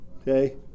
Okay